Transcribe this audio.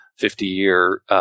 50-year